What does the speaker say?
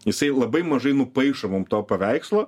jisai labai mažai nupaišo mum to paveikslo